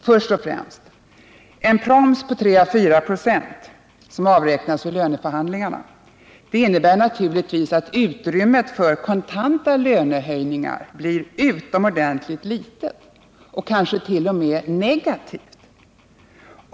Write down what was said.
Först och främst: En proms på 3 å 4 26 som avräknas vid löneförhandlingarna innebär naturligtvis att utrymmet för kontanta löneökningar blir utomordentligt litet och kanske t.o.m. negativt.